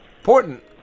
important